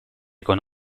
con